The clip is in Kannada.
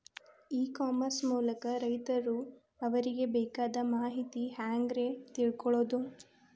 ಇ ಕಾಮರ್ಸ್ ಮೂಲಕ ರೈತರು ಅವರಿಗೆ ಬೇಕಾದ ಮಾಹಿತಿ ಹ್ಯಾಂಗ ರೇ ತಿಳ್ಕೊಳೋದು?